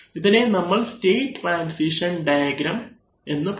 ഇതിനെ നമ്മൾ state transition diagram എന്ന് പറയും